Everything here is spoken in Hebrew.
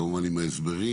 כמובן עם ההסברים.